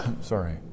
sorry